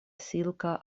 silka